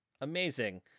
Amazing